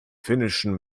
finnischen